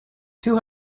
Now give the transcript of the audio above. two